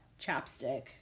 chapstick